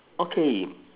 okay